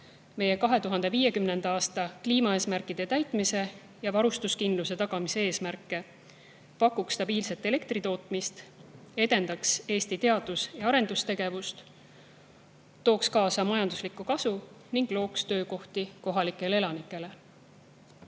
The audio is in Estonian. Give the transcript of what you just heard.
meie 2050. aasta kliimaeesmärkide täitmist ja varustuskindluse tagamise eesmärki, pakuks stabiilset elektri tootmist, edendaks Eesti teadus‑ ja arendustegevust, tooks kaasa majandusliku kasu ning looks töökohti kohalikele elanikele.